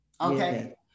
okay